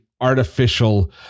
artificial